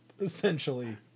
essentially